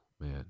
Man